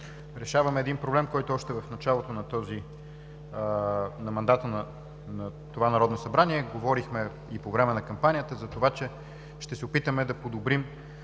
решаваме един проблем, за който още в началото на мандата на това Народно събрание говорихме и по време на кампанията – за това, че ще се опитаме да подобрим